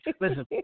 listen